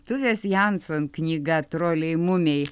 tuvės janson knyga troliai mumiai